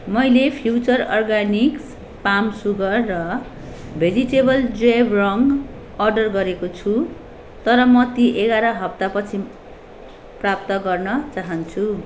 मैले Future Organics palm sugar र vegetable जैव रङ्ग अर्डर गरेको छु तर म ती एघार हप्ता पछि प्राप्त गर्न चहान्छु